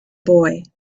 boy